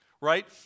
right